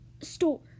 store